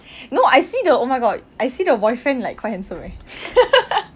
no I see the oh my god I see the boyfriend like quite handsome eh